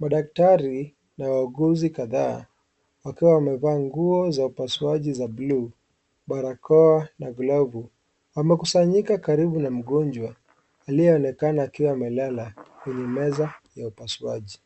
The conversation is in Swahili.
Madaktari na wauguzi kadhaa wakiwa wamevaa nguo za upasuaji za bluu, barakoa na glovu wamekusanyika karibu na mgonjwa aliyeonekana kuwa amelala kwenye meza ya upasuaji.